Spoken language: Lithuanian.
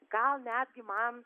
gal netgi man